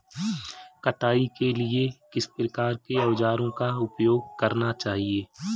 कटाई के लिए किस प्रकार के औज़ारों का उपयोग करना चाहिए?